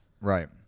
Right